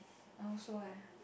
I also eh